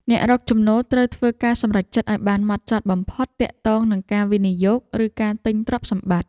អ្នករកចំណូលត្រូវធ្វើការសម្រេចចិត្តឱ្យបានម៉ត់ចត់បំផុតទាក់ទងនឹងការវិនិយោគ ឬការទិញទ្រព្យសម្បត្តិ។